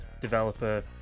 developer